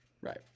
Right